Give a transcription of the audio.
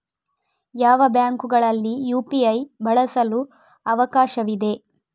ಯಾವ ಬ್ಯಾಂಕುಗಳಲ್ಲಿ ಯು.ಪಿ.ಐ ಬಳಸಲು ಅವಕಾಶವಿದೆ?